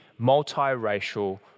multiracial